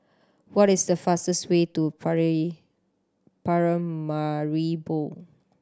what is the fastest way to Paramaribo